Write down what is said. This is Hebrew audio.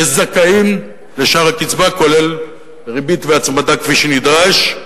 כזכאים לשאר הקצבה, כולל ריבית והצמדה כפי שנדרש,